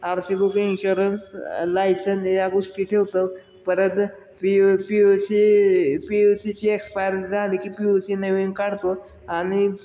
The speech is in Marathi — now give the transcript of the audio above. R C book insurance license या गोष्टी ठेवतो परत पीय P U C P U सीची एक्सपायरी झाली की पी यु सी नवीन काढतो आणि